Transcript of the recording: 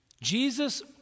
Jesus